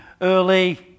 early